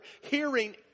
hearing